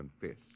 confess